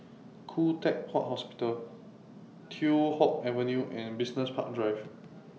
Khoo Teck Puat Hospital Teow Hock Avenue and Business Park Drive